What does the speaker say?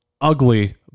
ugly